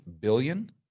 billion